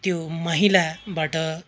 त्यो मैलाबाट